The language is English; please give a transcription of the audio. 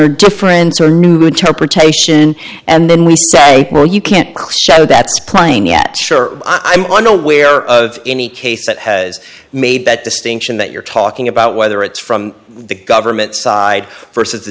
protection and then we say well you can't show that's plain yet sure i'm unaware of any case that has made that distinction that you're talking about whether it's from the government side versus the